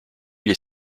les